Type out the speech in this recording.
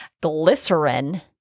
glycerin